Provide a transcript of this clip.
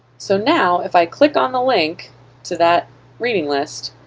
so now if i click on the link to that reading list,